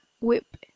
whip